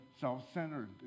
self-centered